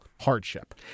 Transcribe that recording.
hardship